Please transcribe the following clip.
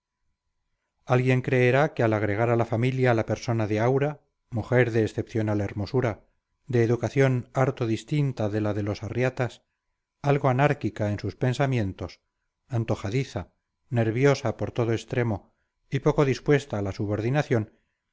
alguien creerá que al agregar a la familia la persona de aura mujer de excepcional hermosura de educación harto distinta de la de los arratias algo anárquica en sus pensamientos antojadiza nerviosa por todo extremo y poco dispuesta a la subordinación